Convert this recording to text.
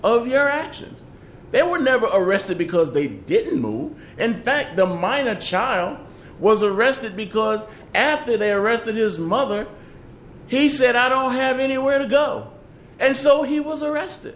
of your actions they were never arrested because they didn't move and back the mine a child was arrested because after they arrested his mother he said i don't have anywhere to go and so he was arrested